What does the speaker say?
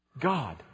God